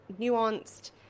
nuanced